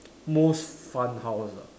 most fun house ah